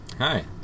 Hi